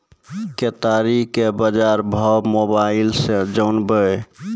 केताड़ी के बाजार भाव मोबाइल से जानवे?